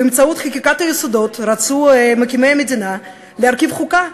באמצעות חקיקת היסודות רצו מקימי המדינה להרכיב חוקה,